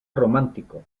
romántico